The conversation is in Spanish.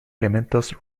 elementos